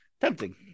Tempting